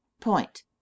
Point